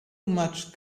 much